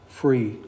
free